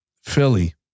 Philly